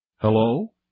Hello